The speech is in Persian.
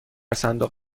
صندوق